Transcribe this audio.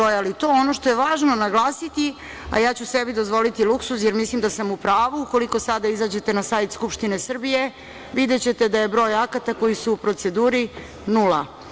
Ono što je važno naglasiti, a ja ću se bi dozvoliti luksuz, jer mislim da sam u pravu, ukoliko sada izađete na sajt Skupštine Srbije, videćete da je broj akata koji su u proceduru nula.